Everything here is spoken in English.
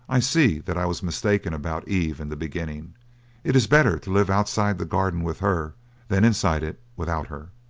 i see that i was mistaken about eve in the beginning it is better to live outside the garden with her than inside it without her.